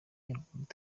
nyarwanda